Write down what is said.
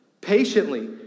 Patiently